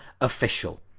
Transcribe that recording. Official